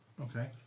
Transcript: Okay